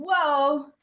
Whoa